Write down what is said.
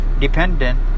dependent